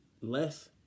less